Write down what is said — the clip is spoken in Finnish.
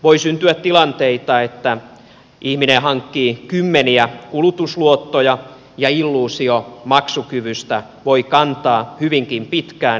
voi syntyä tilanteita että ihminen hankkii kymmeniä kulutusluottoja ja illuusio maksukyvystä voi kantaa hyvinkin pitkään